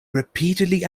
repeatedly